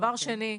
דבר שני.